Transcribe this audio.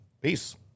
peace